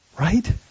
Right